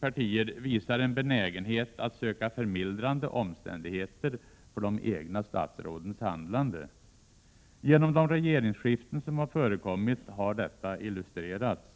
partier visar en benägenhet att söka förmildrande omständigheter för de egna statsrådens handlande. Genom de regeringsskiften som förekommit har detta illustrerats.